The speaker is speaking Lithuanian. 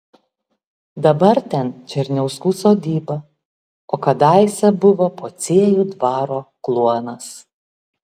dabar ten černiauskų sodyba o kadaise buvo pociejų dvaro kluonas